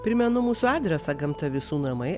primenu mūsų adresą gamta visų namai